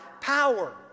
power